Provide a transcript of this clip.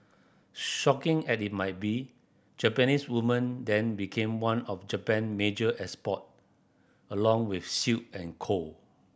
shocking as it might be Japanese women then became one of Japan major export along with silk and coal